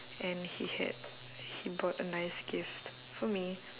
and he had he bought a nice gift for me